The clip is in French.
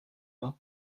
vingt